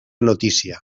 notícia